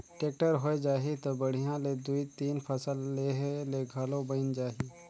tractor होए जाही त बड़िहा ले दुइ तीन फसल लेहे ले घलो बइन जाही